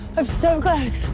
i'm so close.